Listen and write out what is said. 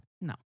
No